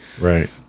Right